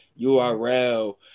URL